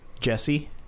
Jesse